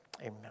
Amen